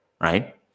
right